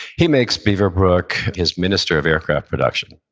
he makes beaverbrook his minister of aircraft production.